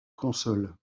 consoles